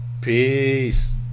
peace